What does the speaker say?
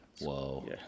Whoa